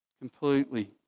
Completely